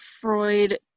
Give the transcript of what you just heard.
Freud